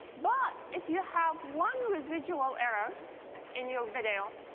but if you have one residual error in your video,